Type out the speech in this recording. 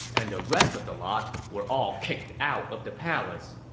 and the rest of the lot were all kicked out of the palace.